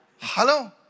Hello